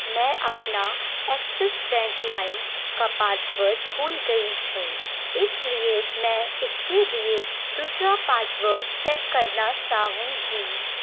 میں اپنا Axis Bank لائم کا پاس ورڈ بھول گئی ہوں اس لیے میں اس کے لیے دوسرا پاس ورڈ سیٹ کرنا چاہوں گی